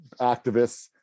activists